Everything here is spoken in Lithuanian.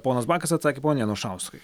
ponas bakas atsakė pone anušauskai